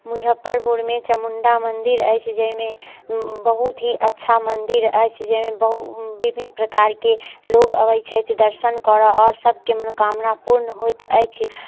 मुजफ्फरपुरमे चामुण्डा मन्दिर अछि जाहिमे बहुत ही अच्छा मन्दिर अछि जाहिमे विभिन्न प्रकारके लोक अबै छथि दर्शन करऽ आओर सबके मनोकामना पूर्ण होइत अछि